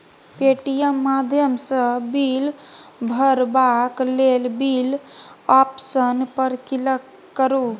Paytm माध्यमसँ bill भरबाक लेल बिल आप्शन पर क्लिक करु